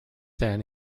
then